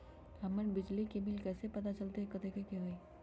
हमर बिजली के बिल कैसे पता चलतै की कतेइक के होई?